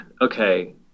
Okay